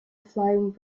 flying